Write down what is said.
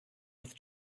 with